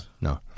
no